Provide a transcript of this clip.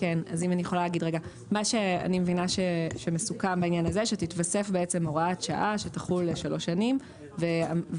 אני מבינה שמסוכם בעניין הזה שתתווסף בעצם הוראת שעה שתחול ל-3 שנים ובעצם